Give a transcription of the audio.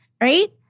right